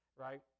right